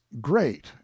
great